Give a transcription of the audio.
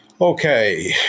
Okay